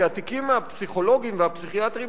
כי התיקים הפסיכולוגיים והפסיכיאטריים